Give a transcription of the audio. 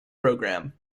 programme